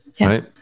Right